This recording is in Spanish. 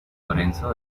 lorenzo